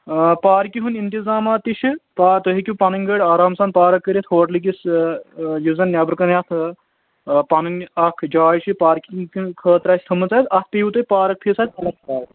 پارکہِ ہُنٛد انتظامات تہِ چھِ پا تُہۍ ہیٚکِو پَنٕنۍ گٲڑۍ آرام سان پارک کٔرِتھ ہوٹلہٕ کِس یُس زَن نٮ۪برٕ کَنہِ اَتھ پَنٕنۍ اَکھ جاے چھِ پارکِنٛگ خٲطرٕ آسہِ تھٔومٕژ حظ اَتھ پیٚوٕ تۅہہِ پارک فیٖس حظ اَلگ پٲٹھۍ